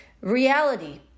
reality